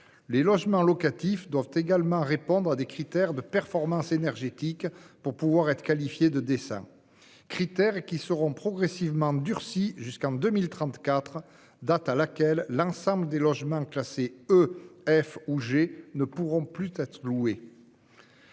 les logements locatifs doivent également répondre à des critères de performance énergétique pour pouvoir être qualifiés de « décents ». Ces critères seront progressivement durcis jusqu'en 2034, date à laquelle l'ensemble des logements classés E, F ou G ne pourront plus être loués.